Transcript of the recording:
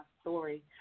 story